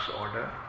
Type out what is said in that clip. order